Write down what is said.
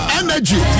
energy